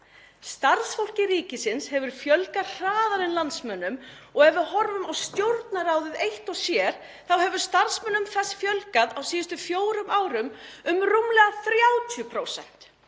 Starfsfólki ríkisins hefur fjölgað hraðar en landsmönnum og ef við horfum á Stjórnarráðið eitt og sér hefur starfsmönnum þess fjölgað á síðustu fjórum árum um rúmlega 30%